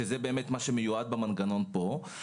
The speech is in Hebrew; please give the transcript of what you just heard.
שזה באמת מי שמיועדים לקבל מענה במנגנון פה,